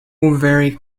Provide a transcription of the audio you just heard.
very